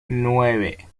nueve